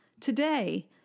Today